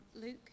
Luke